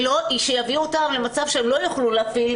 שיביאו אותם למצב שהם לא יוכלו להפעיל,